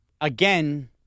Again